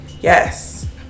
Yes